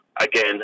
again